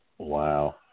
Wow